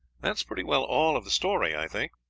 that is pretty well all of the story, i think.